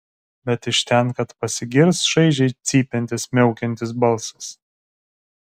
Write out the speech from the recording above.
bet iš ten kad pasigirs šaižiai cypiantis miaukiantis balsas